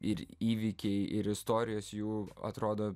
ir įvykiai ir istorijos jų atrodo